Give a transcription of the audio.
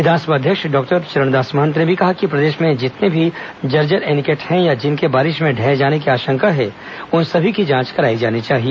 विधानसभा अध्यक्ष डॉक्टर चरणदास महंत ने भी कहा कि प्रदेश में जितने भी जर्जर एनीकट हैं या जिनके बारिश में ढह जाने की आशंका है उन सभी की जांच कराई जानी चाहिए